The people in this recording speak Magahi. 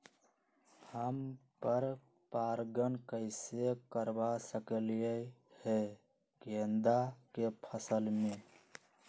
हम पर पारगन कैसे करवा सकली ह गेंदा के फसल में?